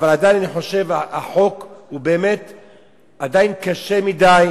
אבל אני חושב שעדיין החוק קשה מדי